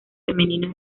femenino